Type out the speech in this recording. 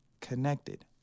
connected